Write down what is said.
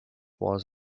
was